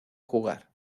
jugar